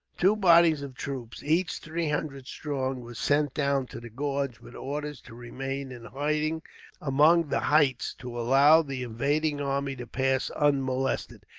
two bodies of troops, each three hundred strong, were sent down to the gorge, with orders to remain in hiding among the heights, to allow the invading army to pass unmolested,